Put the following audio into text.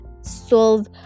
solve